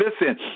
listen